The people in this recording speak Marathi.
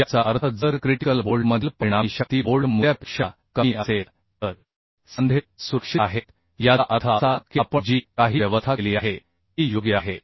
याचा अर्थ जर क्रिटिकल बोल्टमधील परिणामी शक्ती बोल्ट मूल्यापेक्षा कमी असेल तर सांधे सुरक्षित आहेत याचा अर्थ असा की आपण जी काही व्यवस्था केली आहे ती योग्य आहे